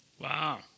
Wow